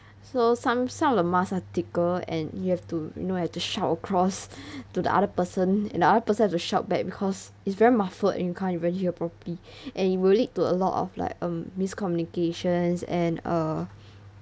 so some some of the mask are thicker and you have to you know have to shout across to the other person and the other person have to shout back because it's very muffled and you can't even hear properly and it will lead to a lot of like um miscommunication and uh